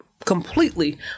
completely